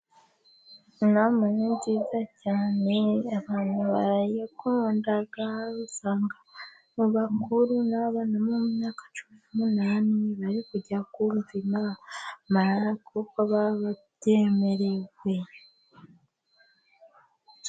Inama ni nziza cyane abantu barayikunda, usanga abantu bakuru n'abana bo mu myaka cumi n'umunani bari kujya kumva inama kuko baba babyemerewe.